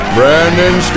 Brandon